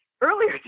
earlier